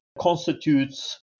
constitutes